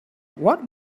what